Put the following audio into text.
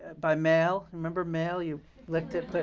by mail remember mail? you licked it.